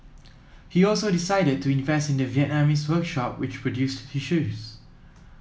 he also decided to invest in the Vietnamese workshop which produced his shoes